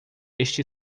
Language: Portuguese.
este